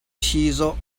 chizawh